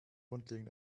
grundlegend